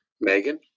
Megan